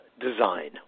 design